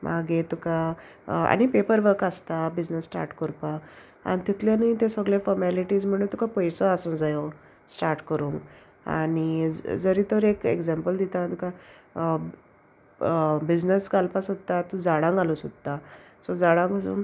मागीर तुका आनी पेपर वर्क आसता बिजनस स्टार्ट कोरपा आनी तितल्यानूय ते सगळे फॉर्मेलिटीज म्हणून तुका पयसो आसूं जायो स्टार्ट करूंक आनी जरी तर एक एग्जाम्पल दिता तुका बिजनस घालपा सोदता तूं झाडां घालूं सोदता सो झाडां घालूंक